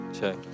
Check